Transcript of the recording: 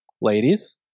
ladies